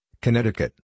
Connecticut